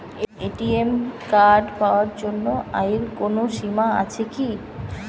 ATM card পাওয়ার জন্য আয়ের কোনো সীমা আছে কি?